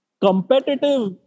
competitive